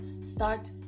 start